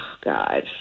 God